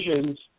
visions